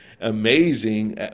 amazing